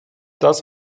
das